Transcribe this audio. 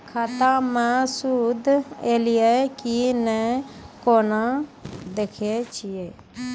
खाता मे सूद एलय की ने कोना देखय छै?